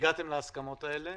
שהגעתם להסכמות האלו.